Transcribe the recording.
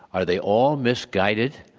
are they all misguided?